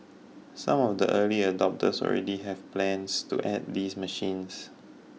some of the early adopters already have plans to add these machines